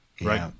Right